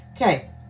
Okay